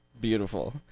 beautiful